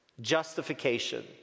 Justification